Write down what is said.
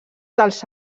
dels